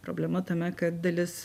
problema tame kad dalis